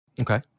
Okay